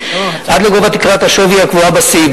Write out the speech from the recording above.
עד לגובה תקרת השווי הקבועה בסעיף.